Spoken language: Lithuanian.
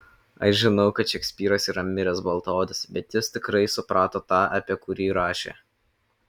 aš žinau kad šekspyras yra miręs baltaodis bet jis tikrai suprato tą apie kurį rašė